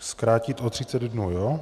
Zkrátit o třicet dnů?